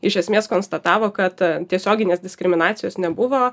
iš esmės konstatavo kad tiesioginės diskriminacijos nebuvo